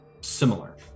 similar